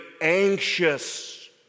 anxious